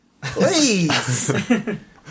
Please